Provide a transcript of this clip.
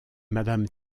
madame